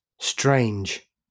strange